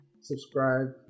subscribe